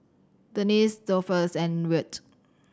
Denese Dolphus and Wirt